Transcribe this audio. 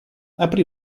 aprì